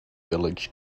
village